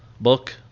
book